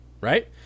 right